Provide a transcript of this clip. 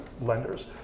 lenders